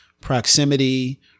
proximity